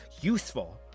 useful